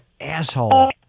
asshole